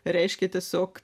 reiškia tiesiog